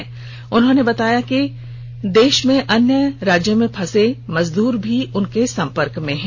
BD Ram ने बताया कि देश के अन्य राज्यों में फंसे मजदूर उनके संपर्क में है